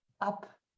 up